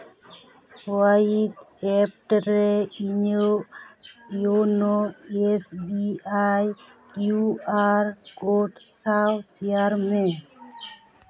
whats app ᱨᱮ ᱤᱧᱟᱹᱜ YONO S B I Q R code ᱥᱟᱶ ᱥᱮᱭᱟᱨ ᱢᱮ